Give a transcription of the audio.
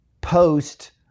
post